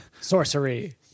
sorcery